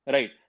Right